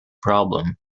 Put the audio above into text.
problem